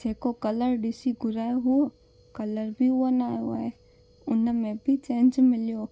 जेको कलर ॾिसी घुरायो हुओ कलर बि उहो न आयो आहे उन में बि चेंज मिलियो